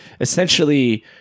essentially